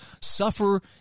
suffer